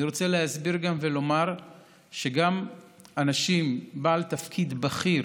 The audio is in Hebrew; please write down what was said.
אני רוצה להסביר ולומר שגם אנשים, בעל תפקיד בכיר